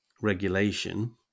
regulation